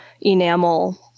enamel